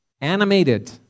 Animated